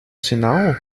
sinal